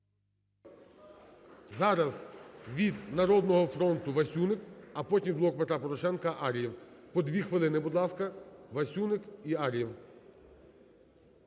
Зараз від "Народного фронту" – Васюник, а потім – "Блок Петра Порошенка" Ар'єв. По 2 хвилини, будь ласка, Васюник і Ар'єв.